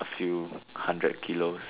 a few hundred kilos